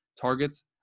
targets